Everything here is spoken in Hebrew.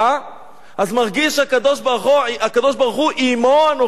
אז מרגיש הקדוש-ברוך-הוא: עִמו אנוכי בצרה.